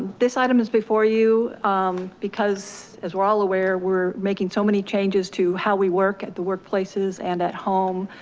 this item is before you because as we're all aware, we're making so many changes to how we work at the workplaces and at home.